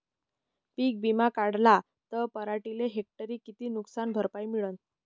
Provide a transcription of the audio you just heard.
पीक विमा काढला त पराटीले हेक्टरी किती नुकसान भरपाई मिळीनं?